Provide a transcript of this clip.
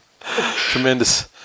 Tremendous